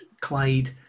Clyde